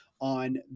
on